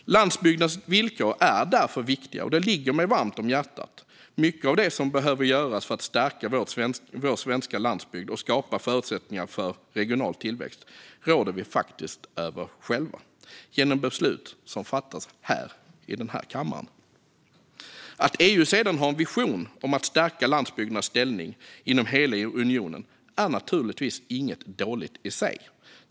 Landsbygdens villkor är därför viktiga och ligger mig varmt om hjärtat. Mycket av det som behöver göras för att stärka vår svenska landsbygd och skapa förutsättningar för regional tillväxt råder vi faktiskt över själva genom beslut som fattas i denna kammare. Att EU sedan har en vision om att stärka landsbygdernas ställning inom hela unionen är naturligtvis inget dåligt i sig.